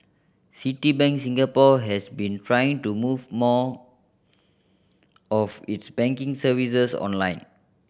Citibank Singapore has been trying to move more of its banking services online